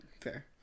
Fair